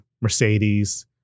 Mercedes